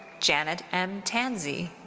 janet m. tanzy.